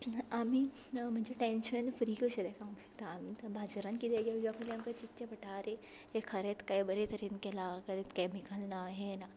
आमी म्हणजे tension free कशें ताका म्हणटा आमकां बाजारांत किदें घेवच्या पयली आमकां चिंतचें पडटा आरे हें खरेंच काय बरे तरेन केलां खरेंच कॅमिकल ना हें ना